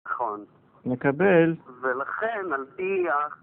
נכון, נקבל ולכן על פי ה...